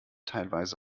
teilweise